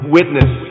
Witness